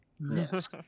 Yes